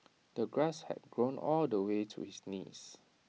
the grass had grown all the way to his knees